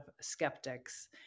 skeptics